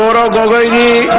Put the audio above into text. da da da da